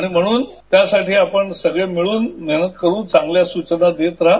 आणि म्हणून त्यासाठी आपण सगळे मिळून मेहनत करू चांगल्या सुचना देत रहा